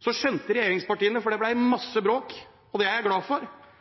Så skjønte regjeringspartiene – for det ble masse bråk, og det er jeg glad for